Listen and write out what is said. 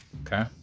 Okay